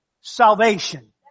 salvation